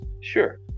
Sure